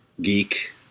geek